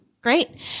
Great